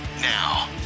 Now